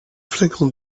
flagrant